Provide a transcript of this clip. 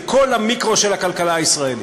זה כל המיקרו של הכלכלה הישראלית: